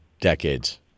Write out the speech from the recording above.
decades